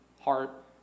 heart